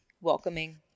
welcoming